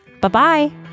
Bye-bye